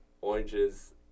Oranges